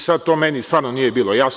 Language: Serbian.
Sada to meni stvarno nije bilo jasno.